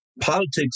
politics